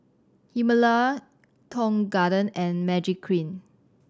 Himalaya Tong Garden and Magiclean